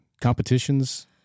competitions